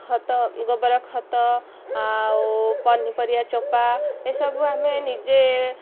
ଖତ ଗୋବର ଖତ ଆଉ ପନିପରିବା ଚୋପା ଏସବୁ ଆମେ ନିଜେ